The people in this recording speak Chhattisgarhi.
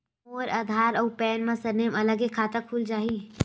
मोर आधार आऊ पैन मा सरनेम अलग हे खाता खुल जहीं?